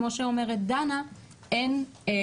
כמו שאומרת דנה דובר,